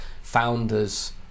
founders